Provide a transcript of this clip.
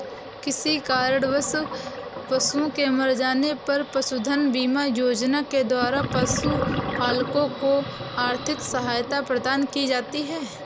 किसी कारणवश पशुओं के मर जाने पर पशुधन बीमा योजना के द्वारा पशुपालकों को आर्थिक सहायता प्रदान की जाती है